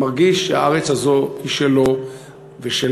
ומרגיש שהארץ הזאת היא שלו ושלה,